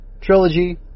trilogy